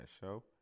Show